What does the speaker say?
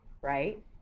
right